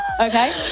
okay